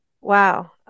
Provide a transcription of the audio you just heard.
Wow